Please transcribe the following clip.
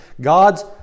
God's